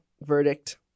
verdict